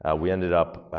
ah we ended up